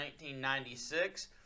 1996